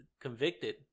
convicted